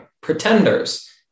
Pretenders